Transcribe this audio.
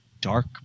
dark